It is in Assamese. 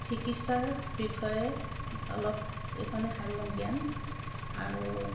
চিকিৎসাৰ বিষয়ে অলপ এইকণে সাম্যক জ্ঞান আৰু